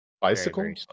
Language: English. Bicycle